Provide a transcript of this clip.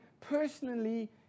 personally